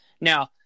Now